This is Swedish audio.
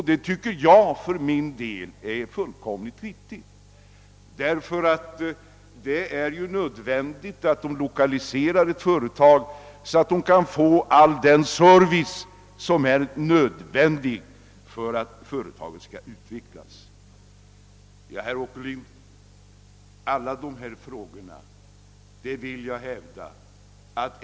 Enligt min mening är detta fullkomligt riktigt, ty det är nödvändigt att lokaliseringen blir sådan att företagen kan få den för sin utveckling erforderliga servicen.